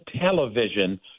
television